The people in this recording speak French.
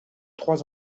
trois